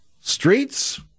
streets